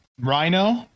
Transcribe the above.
Rhino